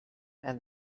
and